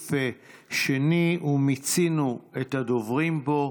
לסעיף שני ומיצינו את הדוברים בו.